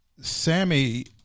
Sammy